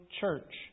church